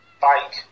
bike